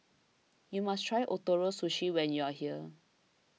you must try Ootoro Sushi when you are here